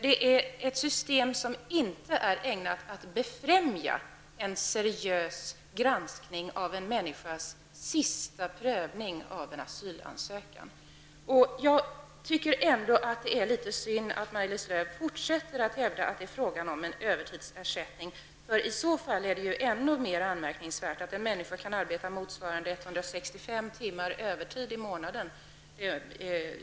Detta är ett system som inte är ägnat att befrämja en seriös granskning av en människas sista möjlighet till prövning av en asylansökan. Jag tycker att det är synd att Maj-Lis Lööw fortsätter att hävda att det är fråga om en övertidsersättning. I så fall är det ändå mera anmärkningsvärt att en människa kan arbeta motsvarande 165 timmar övertid i månaden.